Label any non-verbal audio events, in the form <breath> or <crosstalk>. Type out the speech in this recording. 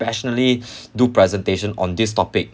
passionately <breath> do presentation on this topic